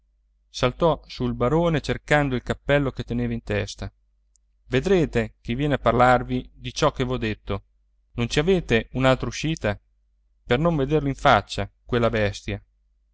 saltò su il barone cercando il cappello che teneva in testa vedrete che viene a parlarvi di ciò che v'ho detto non ci avete un'altra uscita per non vederlo in faccia quella bestia